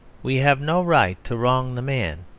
we have no right to wrong the man,